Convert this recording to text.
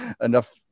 enough